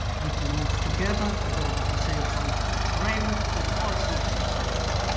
people move together in order to save on rent and all sorts of things.